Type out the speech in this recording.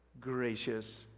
gracious